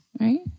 Right